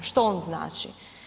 Što on znači?